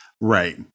right